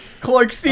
Clark